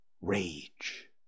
rage